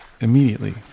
Immediately